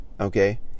okay